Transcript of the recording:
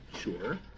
sure